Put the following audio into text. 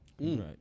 right